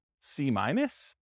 C-minus